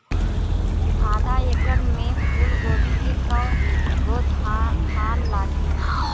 आधा एकड़ में फूलगोभी के कव गो थान लागी?